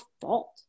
fault